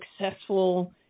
successful